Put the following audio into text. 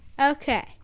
Okay